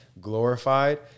glorified